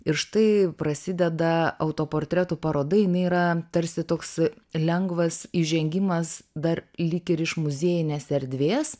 ir štai prasideda autoportretų paroda jinai yra tarsi toks lengvas įžengimas dar lyg ir iš muziejinės erdvės